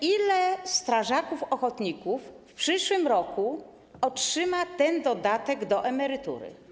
Ilu strażaków ochotników w przyszłym roku otrzyma dodatek do emerytury?